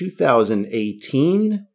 2018